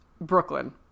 Brooklyn